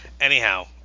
Anyhow